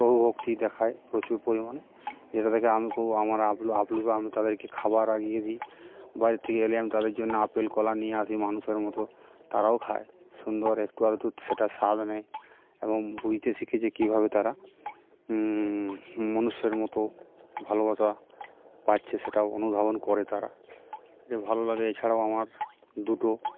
প্রভুভক্তি দেখায় প্রচুর পরিমাণে যেটা দেখে আমি খুব আমার আপ্লুত আপ্লুত আমি তাদেরকে খাবার এগিয়ে দিই বাইরে থেকে এলেই আমি তাদের জন্য আপেল কলা নিয়ে আসি মানুষের মতো তারাও খায় সুন্দর একটু আধটু সেটার স্বাদ নেয় এবং বুঝতে শিখে যে কীভাবে তারা মনুষ্যের মতো ভালোবাসা পাচ্ছে সেটাও অনুধাবন করে তারা এটা ভালো লাগে এছাড়াও আমার দুটো